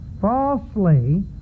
falsely